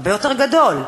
והרבה יותר גדול,